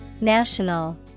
National